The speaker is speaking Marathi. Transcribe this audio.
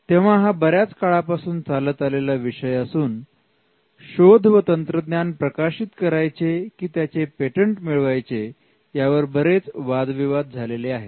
तेव्हा हा बऱ्याच काळापासून चालत आलेला विषय असून शोध व तंत्रज्ञान प्रकाशित करायचे की त्याचे पेटंट मिळवायचे यावर बरेच वादविवाद झालेले आहेत